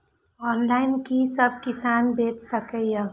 Online कि सब किसान बैच सके ये?